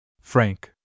Frank